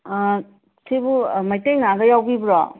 ꯁꯤꯕꯨ ꯃꯩꯇꯩ ꯉꯥꯒ ꯌꯥꯎꯕꯤꯕ꯭ꯔꯣ